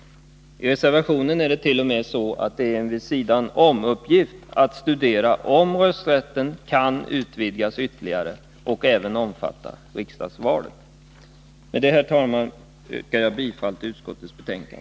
Enligt reservationen är det t.o.m. en vid-sidan-om-uppgift att studera om rösträtten kan utvidgas ytterligare och även omfatta riksdagsvalet. Med detta, herr talman, yrkar jag bifall till utskottets hemställan.